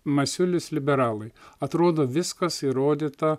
masiulis liberalai atrodo viskas įrodyta